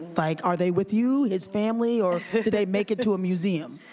like, are they with you, his family or did they make it to a museum?